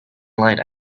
light